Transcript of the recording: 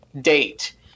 date